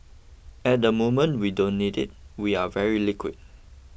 at the moment we don't need it we are very liquid